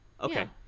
Okay